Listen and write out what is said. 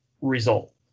result